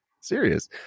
serious